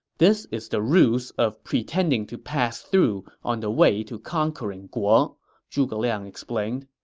this is the ruse of pretending to pass through on the way to conquering guo, zhuge liang explained